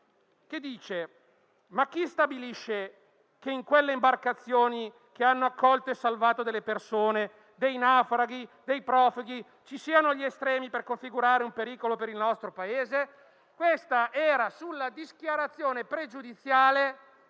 ha chiesto chi stabilisce che in quelle imbarcazioni che hanno accolto e salvato persone, naufraghi e profughi ci siano gli estremi per configurare un pericolo per il nostro Paese. Questa frase era nella dichiarazione sulla pregiudiziale